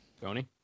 Tony